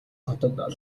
хотод